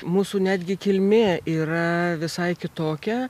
mūsų netgi kilmė yra visai kitokia